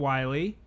Wiley